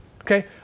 okay